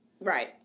right